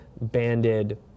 banded